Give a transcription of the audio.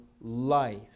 life